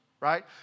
Right